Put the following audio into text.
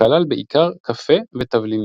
וכלל בעיקר קפה ותבלינים.